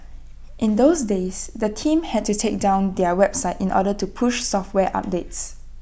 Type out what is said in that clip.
in those days the team had to take down their website in order to push software updates